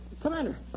Commander